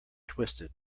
twisted